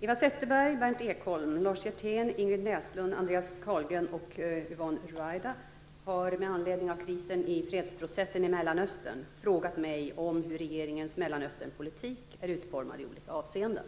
Yvonne Ruwaida har med anledning av krisen i fredsprocessen i Mellanöstern frågat mig om hur regeringens Mellanösternpolitik är utformad i olika avseenden.